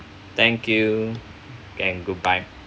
thank you and good bye